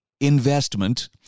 investment